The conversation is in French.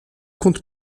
compte